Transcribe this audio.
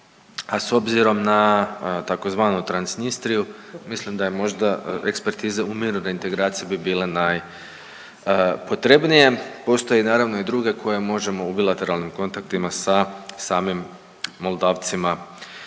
a s obzirom na tzv. transnistriju mislim da je možda ekspertize u mirnoj reintegraciji bi bile najpotrebnije. Postoje naravno i druge koje možemo u bilateralnim kontaktima sa samim Moldavcima